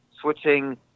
switching